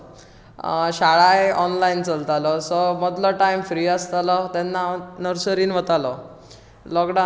शाळाय online चलतालो so मदलो time free आसतालो तेन्ना हांव नर्सरींत वतालो लॉकडावनांत